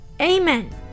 amen